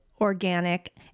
organic